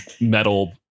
metal